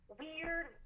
weird